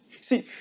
See